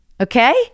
Okay